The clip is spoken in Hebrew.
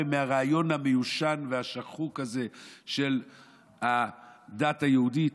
מהרעיון המיושן והשחוק הזה של הדת היהודית?